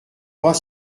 pas